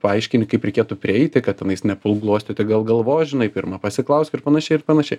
paaiškini kaip reikėtų prieiti kad tenais nepulk glostyti gal galvos žinai pirma pasiklausk ir panašiai ir panašiai